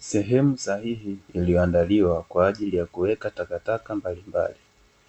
Sehemu sahihi iliyoandaliwa kwaajili ya kuweka takataka mbalimbali.